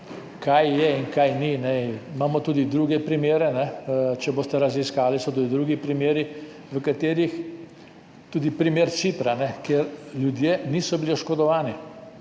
kaj je in kaj ni, imamo tudi druge primere, če boste raziskali, so tudi drugi primeri, tudi primer Cipra, kjer ljudje niso bili oškodovani,